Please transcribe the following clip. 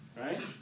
Right